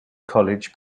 college